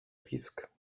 pisk